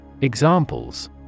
Examples